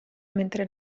mentre